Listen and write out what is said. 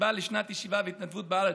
שבא לשנת ישיבה והתנדבות בארץ.